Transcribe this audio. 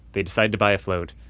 they decided to buy a float.